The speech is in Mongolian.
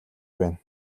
байна